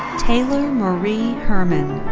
taylor marie herrmann.